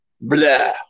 blah